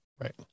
Right